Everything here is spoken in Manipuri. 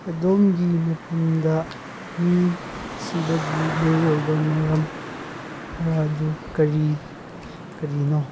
ꯑꯗꯣꯝꯒꯤ ꯃꯐꯝꯗ ꯃꯤ ꯁꯤꯕꯒꯤ ꯃꯔꯨ ꯑꯣꯏꯕ ꯃꯔꯝ ꯈꯔ ꯑꯗꯨ ꯀꯔꯤ ꯀꯔꯤꯅꯣ